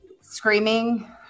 screaming